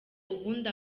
ubundi